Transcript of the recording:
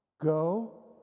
Go